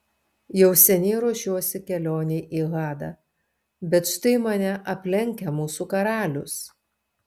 jau seniai ruošiuosi kelionei į hadą bet štai mane aplenkia mūsų karalius